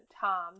time